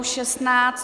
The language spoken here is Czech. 16.